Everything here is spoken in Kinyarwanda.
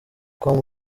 com